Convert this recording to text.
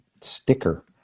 sticker